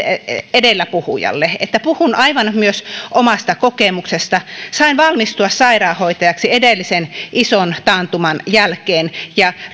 edellä puhuneelle eli puhun aivan myös omasta kokemuksesta sain valmistua sairaanhoitajaksi edellisen ison taantuman jälkeen ja